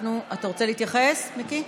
אתה רוצה להתייחס, מיקי?